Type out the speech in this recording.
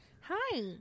Hi